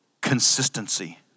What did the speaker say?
consistency